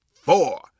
four